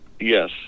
Yes